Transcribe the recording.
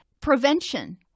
prevention